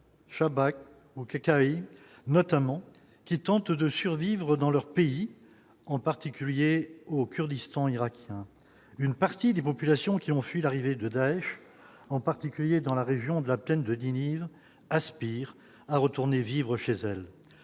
Chabaks auquel il notamment qui tentent de survivre dans leur pays, en particulier au Kurdistan irakien, une partie des populations qui ont fui l'arrivée de Daech, en particulier dans la région de la plaine de Ninive Aspire à retourner vivre chez elle,